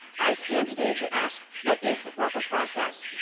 i stand today to ask, what is the proper process?